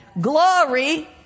Glory